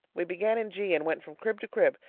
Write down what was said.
we began in g, and went from crib to crib,